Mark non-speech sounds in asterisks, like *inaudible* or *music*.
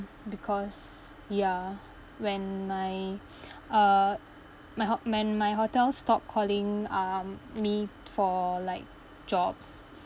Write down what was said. because ya when my *breath* uh my hot~ when my hotel stopped calling um me for like jobs